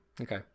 Okay